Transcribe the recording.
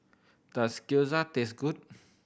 does Gyoza taste good